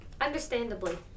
Understandably